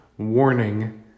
Warning